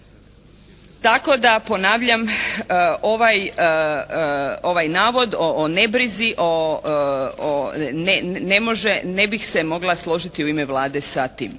tako da ponavljam ovaj navod o nebrizi, o, ne može, ne bih se mogla složiti u ime Vlade sa tim.